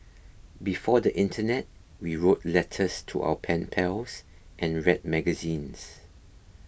before the internet we wrote letters to our pen pals and read magazines